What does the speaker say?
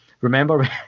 remember